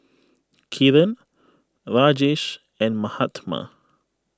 Kiran Rajesh and Mahatma